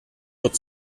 wird